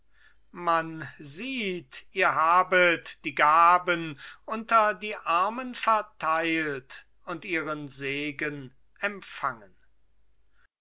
man sieht ihr habet die gaben unter die armen verteilt und ihren segen empfangen